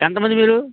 ఎెంత మంది మీరు